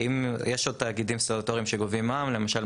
יש עוד תאגידים סטטוטוריים שגובים מע"מ,